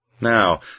Now